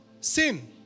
sin